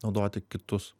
naudoti kitus